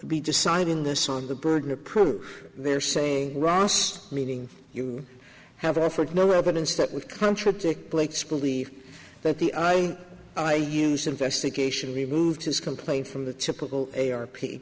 be deciding this on the burden of proof they're saying ross meaning you have offered no evidence that would contradict blake schoolie that the i i use infestation removed his complaint from the typical a a r p